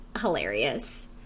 hilarious